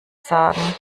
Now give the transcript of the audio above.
sagen